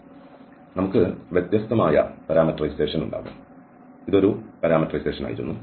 അതിനാൽ നമുക്ക് വ്യത്യസ്തമായ പാരാമെറ്ററൈസേഷൻ ഉണ്ടാകും ഇത് ഒരു പാരാമീറ്ററൈസേഷൻ ആയിരുന്നു